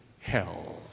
hell